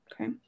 Okay